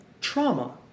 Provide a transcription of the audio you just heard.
trauma